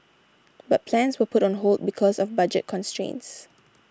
but plans were put on hold because of budget constraints